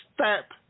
step